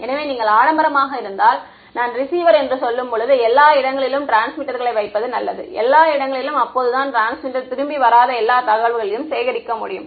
எனவே நீங்கள் ஆடம்பரமாக இருந்தால் நான் ரிசீவர் என்று சொல்லும் எல்லா இடங்களிலும் டிரான்ஸ்மிட்டர்களை வைப்பது நல்லது எல்லா இடங்களிலும் அப்பொழுது தான் டிரான்ஸ்மிட்டர் திரும்பி வராத எல்லா தகவல்களையும் சேகரிக்க முடியும்